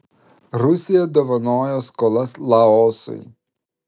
rusija dovanojo skolas laosui